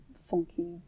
funky